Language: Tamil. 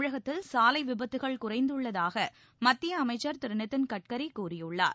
தமிழகத்தில் சாலை விபத்துக்கள் குறைந்துள்ளதாக மத்திய அமைச்சர் திரு நிதின் கட்கரி கூறியுள்ளார்